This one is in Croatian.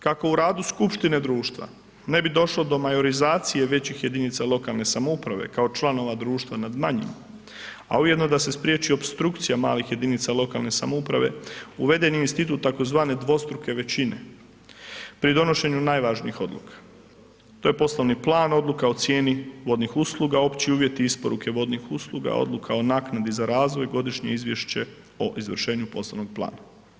Kako u radu skupštine društva ne bi došlo do majorizacije većih jedinica lokalne samouprave kao članova društva nad manjima, a ujedno da se spriječi opstrukcija malih jedinica lokalne samouprave, uveden je institut tzv. dvostruke većine pri donošenju najvažnijih odluka, to je poslovni plan odluka o cijeni vodnih usluga, opći uvjeti isporuke vodnih usluga, odluka o naknadi za razvoj, godišnje izvješće o izvršenju poslovnog plana.